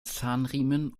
zahnriemen